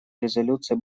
резолюции